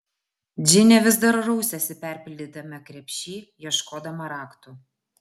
džinė vis dar rausėsi perpildytame krepšy ieškodama raktų